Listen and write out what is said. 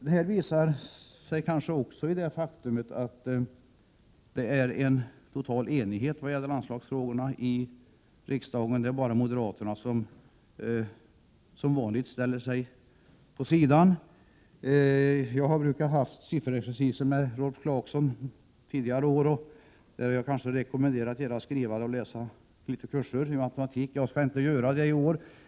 Detta framgår kanske också av det faktum I att det är en total enighet vad gäller anslagsfrågorna i riksdagen. Det är bara I 26 moderaterna som ställer sig på sidan, som vanligt. Jag har under tidigare år i haft sifferexerciser med Rolf Clarkson, där jag kanske har rekommenderat era skrivare att ta några kurser i matematik. Jag skall inte göra det i år.